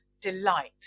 delight